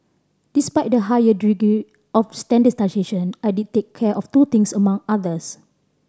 despite the higher of standardisation I did take care of two things among others